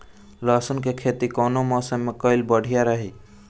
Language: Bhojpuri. लहसुन क खेती कवने मौसम में कइल बढ़िया रही?